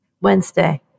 Wednesday